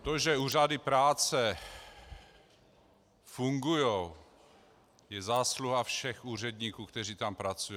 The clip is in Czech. To, že úřady práce fungují, je zásluha všech úředníků, kteří tam pracují.